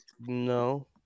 No